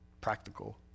practical